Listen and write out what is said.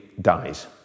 dies